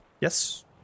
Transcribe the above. yes